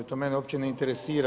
To mene uopće ne interesira.